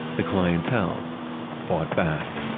the clientele fought back.